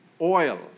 Oil